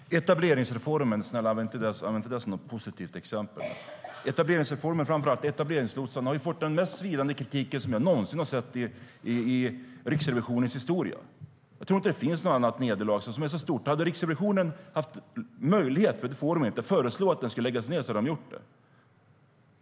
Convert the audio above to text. STYLEREF Kantrubrik \* MERGEFORMAT Integration och jämställdhetHerr talman! Snälla Roger Haddad, använd inte etableringsreformen som något positivt exempel! Etableringsreformen, framför allt etableringslotsarna, har fått den mest svidande kritik som jag någonsin har sett i Riksrevisionens historia. Jag tror inte att det finns något annat nederlag som är så stort. Hade Riksrevisionen haft möjlighet - men det har de inte - att föreslå att den skulle läggas ned hade de gjort det.